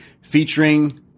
featuring